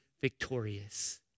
victorious